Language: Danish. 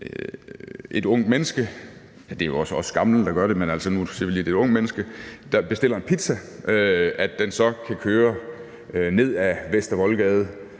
et ungt menneske – det er jo også os gamle, der gør det, men nu siger vi, at det er et ungt menneske – bestiller en pizza. Så kan den køre ned ad Vester Voldgade